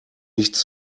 nichts